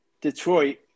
Detroit